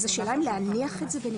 אז השאלה אם להניח את זה בנפרד.